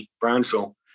Brownsville